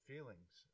feelings